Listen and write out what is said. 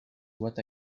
what